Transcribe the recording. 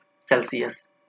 Celsius